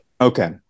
Okay